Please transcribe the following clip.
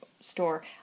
store